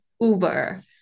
Uber